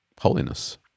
holiness